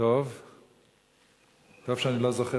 טוב שאני לא זוכר,